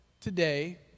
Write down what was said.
today